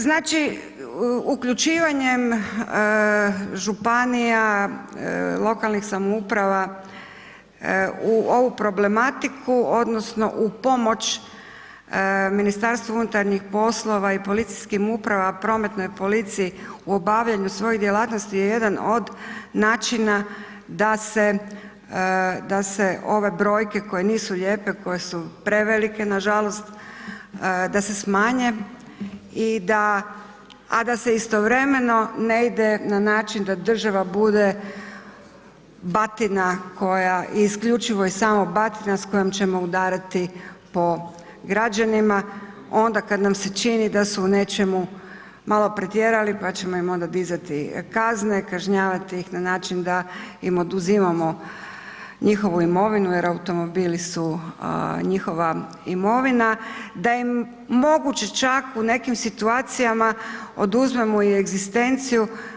Znači, uključivanjem županija lokalnih samouprava u ovu problematiku, odnosno u pomoć MUP-a i PU-a prometnoj policiji u obavljanju svojih djelatnosti je jedan od načina da se ove brojke koje nisu lijepe, koje su prevelike nažalost, da se smanje i da, a da se istovremeno ne ide na način da država bude batina koja isključivo i samo batina s kojom ćemo udarati po građanima onda kada nam se čini da su u nečemu malo pretjerali, pa ćemo im onda dizati kazne, kažnjavati ih na način da im oduzimamo njihovu imovinu jer automobili su njihova imovina, da im moguće čak u nekim situacijama oduzmemo i egzistenciju.